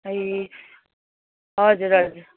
ए हजुर हजुर